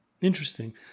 Interesting